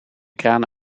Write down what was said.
kraan